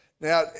Now